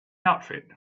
outfit